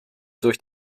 durch